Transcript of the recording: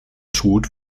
tod